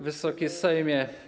Wysoki Sejmie!